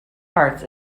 parts